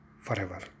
forever